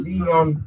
Leon